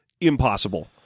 impossible